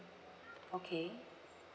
okay